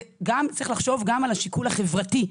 צריך לחשוב גם על השיקול החברתי.